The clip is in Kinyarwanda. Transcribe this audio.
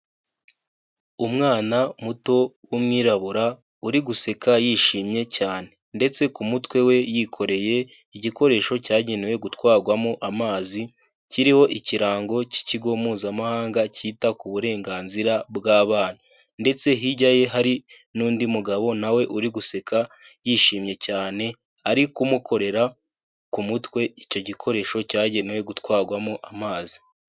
Umwana muto w'umwirabura, uri guseka yishimye cyane. Ndetse ku mutwe we yikoreye igikoresho cyagenewe gutwarwamo amazi, kiriho ikirango cy'ikigo mpuzamahanga cyita ku burenganzira bw'abana. Ndetse hirya ye hari n'undi mugabo nawe uri guseka, yishimye cyane, ari kumukorera ku mutwe, icyo gikoresho cyagenewe gutwarwamo amazi.